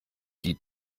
die